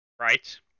right